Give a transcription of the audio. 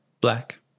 Black